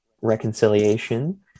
reconciliation